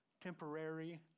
temporary